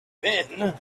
been